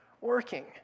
working